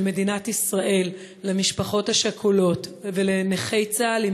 מדינת ישראל למשפחות השכולות ולנכי צה"ל היא